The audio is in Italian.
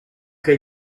che